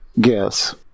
Guess